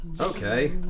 Okay